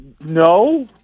no